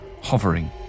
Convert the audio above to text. hovering